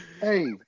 Hey